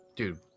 dude